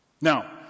Now